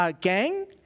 gang